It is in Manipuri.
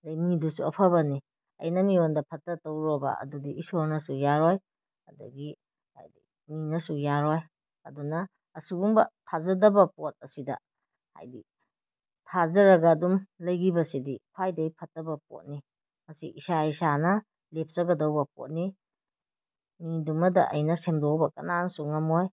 ꯑꯗꯩ ꯃꯤꯗꯨꯁꯨ ꯑꯐꯕꯅꯤ ꯑꯩꯅ ꯃꯤꯉꯣꯟꯗ ꯐꯠꯇꯕ ꯇꯧꯔꯨꯔꯕ ꯑꯗꯨꯗꯤ ꯏꯁꯣꯔꯅꯁꯨ ꯌꯥꯔꯣꯏ ꯑꯗꯒꯤ ꯍꯥꯏꯗꯤ ꯃꯤꯅꯁꯨ ꯌꯥꯔꯣꯏ ꯑꯗꯨꯅ ꯑꯁꯤꯒꯨꯝꯕ ꯊꯥꯖꯗꯕ ꯄꯣꯠ ꯑꯁꯤꯗ ꯍꯥꯏꯗꯤ ꯊꯥꯖꯔꯒ ꯑꯗꯨꯝ ꯂꯩꯈꯤꯕꯁꯤꯗꯤ ꯈ꯭ꯋꯥꯏꯗꯩ ꯐꯠꯇꯕ ꯄꯣꯠꯅꯤ ꯃꯁꯤ ꯏꯁꯥ ꯏꯁꯥꯅ ꯂꯦꯞꯆꯒꯗꯕ ꯄꯣꯠꯅꯤ ꯃꯤꯗꯨꯃꯗ ꯑꯩꯅ ꯁꯦꯝꯗꯣꯛꯎꯕ ꯀꯅꯥꯅꯁꯨ ꯉꯝꯂꯣꯏ